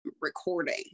recording